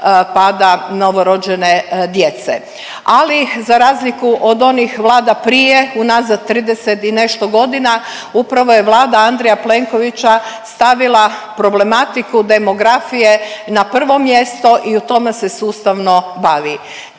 pada novorođene djece. Ali za razliku od onih vlada prije unazad 30 i nešto godina upravo je Vlada Andreja Plenkovića stavila problematiku demografije na prvo mjesto i time se sustavno bavi.